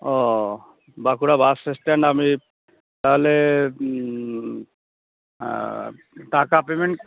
ও Bankura bus stand আমি তাহলে টাকা পেমেন্ট